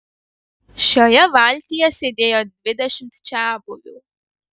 šioje valtyje sėdėjo dvidešimt čiabuvių